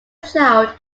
child